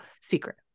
Secret